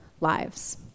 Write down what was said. lives